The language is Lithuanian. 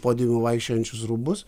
podiumu vaikščiojančius rūbus